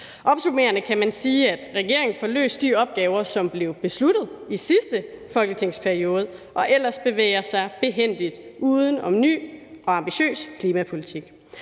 Opsummerende kan man sige, at regeringen får løst de opgaver, som blev besluttet i sidste folketingsperiode, og ellers bevæger sig behændigt uden om en ny og ambitiøs klimapolitik,